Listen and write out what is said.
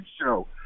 show